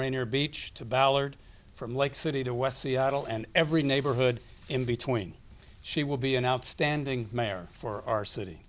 rainier beach to ballard from lake city to west seattle and every neighborhood in between she will be an outstanding mayor for our city